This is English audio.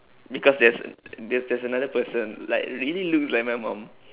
because there's there's there's another person like really looks like my mum